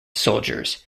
soldiers